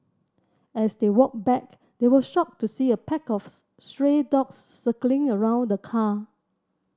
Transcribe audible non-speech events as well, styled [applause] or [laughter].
as they walked back they were shocked to see a pack of [unintelligible] stray dogs circling around the car